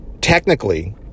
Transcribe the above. technically